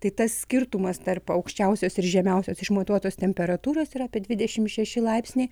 tai tas skirtumas tarp aukščiausios ir žemiausios išmatuotos temperatūros yra apie dvidešim šeši laipsniai